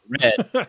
red